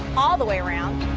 all the way around.